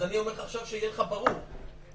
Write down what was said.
אז אני אומר לך עכשיו שיהיה לך ברור, זה